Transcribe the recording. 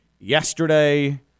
yesterday